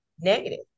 negative